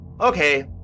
okay